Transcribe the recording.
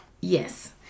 Yes